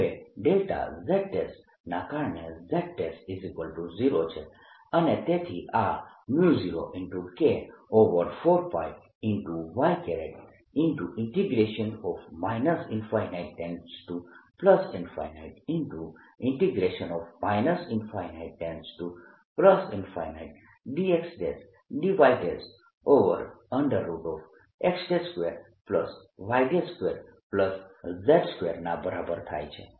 હવે δz ના કારણે z0 છે અને તેથી આ 0K4πy dxdyx2y2z2 ના બરાબર થાય છે